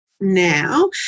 now